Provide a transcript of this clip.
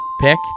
pick